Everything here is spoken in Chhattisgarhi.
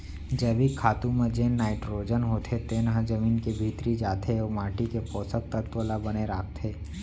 जैविक खातू म जेन नाइटरोजन होथे तेन ह जमीन के भीतरी जाथे अउ माटी के पोसक तत्व ल बने राखथे